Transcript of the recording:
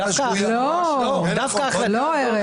הוא דווקא לא אומר.